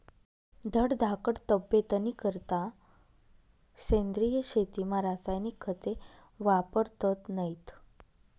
धडधाकट तब्येतनीकरता सेंद्रिय शेतीमा रासायनिक खते वापरतत नैत